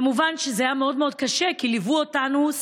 כמובן שזה היה מאוד מאוד קשה כי ליוו אותנו,